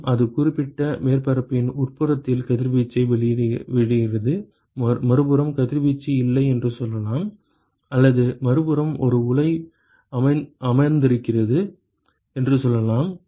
மேலும் அது குறிப்பிட்ட மேற்பரப்பின் உட்புறத்தில் கதிர்வீச்சை வெளியிடுகிறது மறுபுறம் கதிர்வீச்சு இல்லை என்று சொல்லலாம் அல்லது மறுபுறம் ஒரு உலை அமர்ந்திருக்கிறது என்று சொல்லலாம்